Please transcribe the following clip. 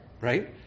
right